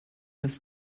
his